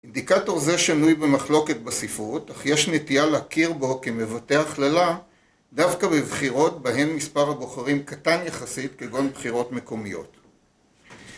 אינדיקטור זה שינוי במחלוקת בספרות, אך יש נטייה להכיר בו כמבטא הכללה דווקא בבחירות בהן מספר הבוחרים קטן יחסית כגון בחירות מקומיות